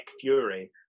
Fury